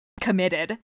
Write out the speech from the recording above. committed